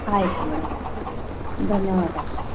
ಆಯಿತು ಮೇಡಮ್ ಧನ್ಯವಾದಗಳು